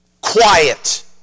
Quiet